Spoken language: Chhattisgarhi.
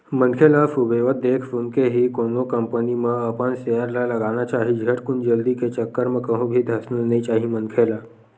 मनखे ल सुबेवत देख सुनके ही कोनो कंपनी म अपन सेयर ल लगाना चाही झटकुन जल्दी के चक्कर म कहूं भी धसना नइ चाही मनखे ल